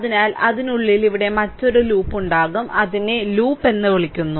അതിനാൽ അതിനുള്ളിൽ ഇവിടെ മറ്റൊരു ലൂപ്പ് ഉണ്ടാകും അതിനെ ലൂപ്പ് എന്ന് വിളിക്കുന്നു